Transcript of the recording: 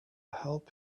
help